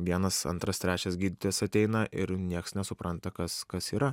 vienas antras trečias gydytojas ateina ir nieks nesupranta kas kas yra